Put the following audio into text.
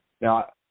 Now